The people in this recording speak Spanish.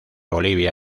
bolivia